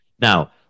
Now